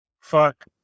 Fuck